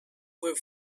were